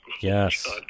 Yes